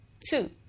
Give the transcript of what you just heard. two